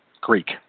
Greek